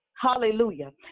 Hallelujah